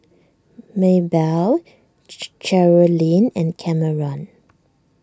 Mabelle Cherilyn and Cameron